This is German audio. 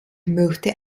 möchte